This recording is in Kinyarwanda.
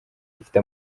ifite